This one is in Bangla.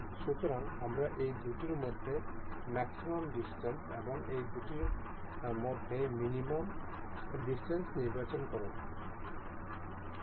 সুতরাং আমরা এই দুটির মধ্যে ম্যাক্সিমাম ডিসটেন্স এবং এই দুটির মধ্যে মিনিমাম ডিসটেন্স নির্বাচন করব